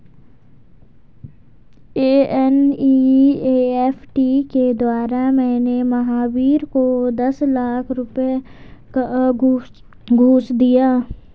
NEFT के द्वारा मैंने महावीर को दस लाख रुपए का घूंस दिया